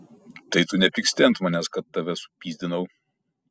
tai tu nepyksti ant manęs kad tave supyzdinau